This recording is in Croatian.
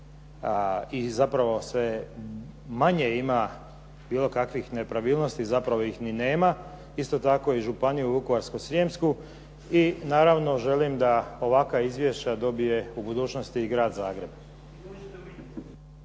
i zapravo sve manje ima bilo kakvih nepravilnosti, zapravo ih ni nema. Isto tako i Županiju Vukovarsku-srijemsku i naravno želim da ovakva izvješća dobije u budućnosti i Grad Zagreb.